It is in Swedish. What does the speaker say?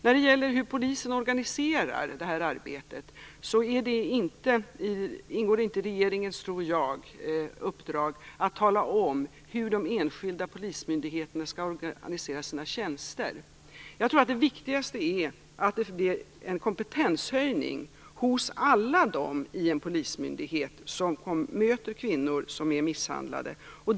När det gäller frågan om hur polisen organiserar det här arbetet tror jag inte att det ingår i regeringens uppdrag att tala om hur de enskilda polismyndigheterna skall organisera sina tjänster. Jag tror att det viktigaste är att det blir en kompetenshöjning som omfattar alla på en polismyndighet som möter misshandlade kvinnor.